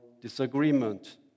disagreement